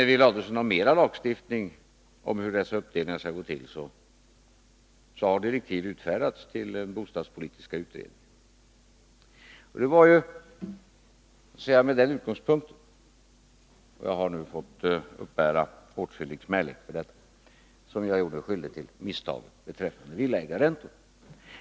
Men vill Ulf Adelsohn ha mera lagstiftning om hur dessa uppdelningar skall gå till, kan jag hänvisa till att direktiv har utfärdats till den bostadspolitiska utredningen. Jag har nu fått uppbära mycken smälek för det misstag jag gjorde mig skyldig till beträffande villaägarräntorna.